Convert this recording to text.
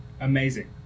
amazing